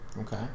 Okay